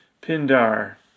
Pindar